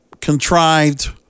contrived